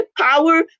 power